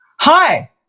hi